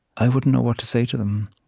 i wouldn't know what to say to them.